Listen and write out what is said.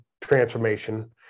transformation